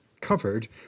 covered